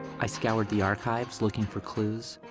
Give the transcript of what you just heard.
i scoured the archives, looking for clues,